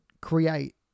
create